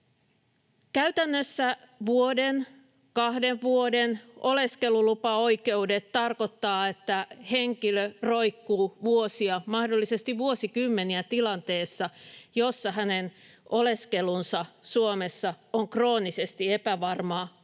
Käytännössä vuoden, kahden vuoden oleskelulupaoikeudet tarkoittavat, että henkilö roikkuu vuosia, mahdollisesti vuosikymmeniä, tilanteessa, jossa hänen oleskelunsa Suomessa on kroonisesti epävarmaa,